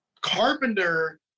Carpenter